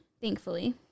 thankfully